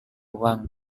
uang